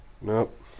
Nope